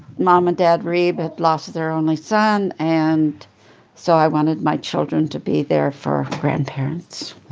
mom and dad reeb had lost their only son. and so i wanted my children to be there for grandparents